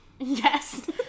Yes